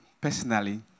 Personally